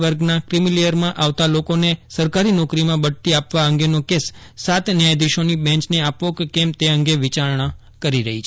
વર્ગના ક્રિમીલેયરમાં આવતા લોકોને સરકારી નોકરીમાં બઢતી આપવા અંગેનો કેસ સાત ન્યાયાધીશોની બેન્ચને આપવો કે કેમ તે અંગે વિચારણા કરી રહી છે